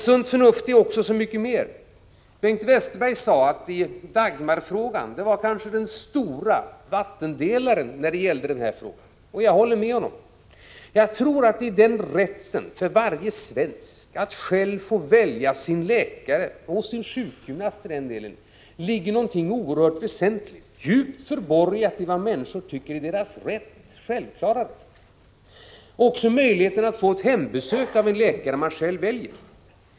Sunt förnuft är också mycket mer. Bengt Westerberg sade att Dagmarreformen kanske var den stora vattendelaren när det gällde denna fråga. Jag håller med. I rätten för varje svensk att själv få välja sin läkare — sin sjukgymnast också för den delen — ligger någonting oerhört väsentligt. Människorna tycker att det är deras självklara rätt. Detsamma gäller möjligheten att få ett hembesök av en läkare som man själv valt.